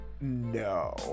No